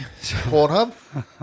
Pornhub